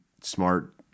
smart